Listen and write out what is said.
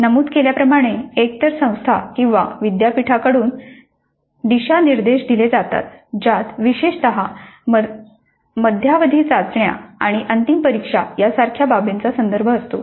नमूद केल्याप्रमाणे एकतर संस्था किंवा विद्यापीठाकडून दिशानिर्देश दिले जातात ज्यात विशेषत मध्यावधी चाचणी आणि अंतिम परीक्षा यासारख्या बाबींचा संदर्भ असतो